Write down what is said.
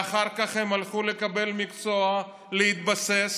ואחר כך הם הלכו לקבל מקצוע, להתבסס.